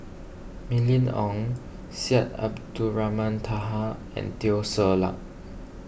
Mylene Ong Syed Abdulrahman Taha and Teo Ser Luck